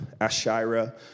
Ashira